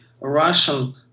Russian